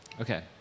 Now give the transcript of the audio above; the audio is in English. Okay